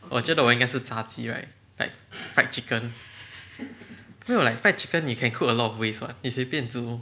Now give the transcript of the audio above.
我觉得我应该是炸鸡 right like fried chicken 没有 like fried chicken you can cook a lot of ways what 你随便煮